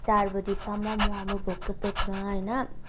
चार बजीसम्म म अब भोको पेटमा होइन